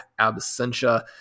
absentia